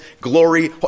glory